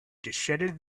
descended